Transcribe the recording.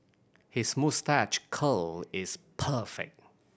his moustache curl is perfect